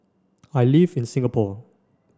I live in Singapore